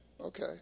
Okay